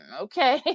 okay